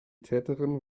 täterin